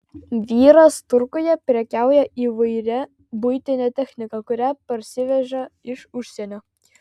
vyras turguje prekiauja įvairia buitine technika kurią parsiveža iš užsienio